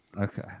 Okay